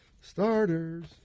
Starters